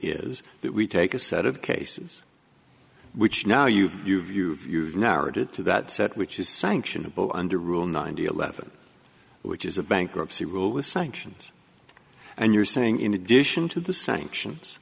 is that we take a set of cases which now you've you've you've you've narrowed it to that set which is sanctionable under rule nine eleven which is a bankruptcy rule with sanctions and you're saying in addition to the sanctions